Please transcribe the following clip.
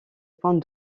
points